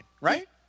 right